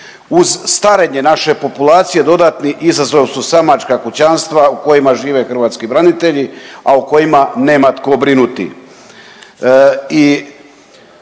Uz starenje naše populacije, dodatni izazov su samačka kućanstva u kojima žive hrvatski branitelja, a o kojima nema tko brinuti.